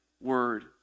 word